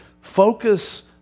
focus